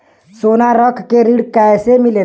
सोना रख के ऋण कैसे मिलेला?